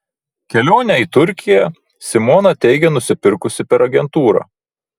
kelionę į turkiją simona teigia nusipirkusi per agentūrą